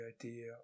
idea